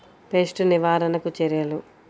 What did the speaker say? Pest నివారణకు చర్యలు?